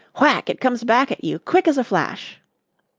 whack! it comes back at you, quick as a flash.